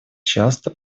часто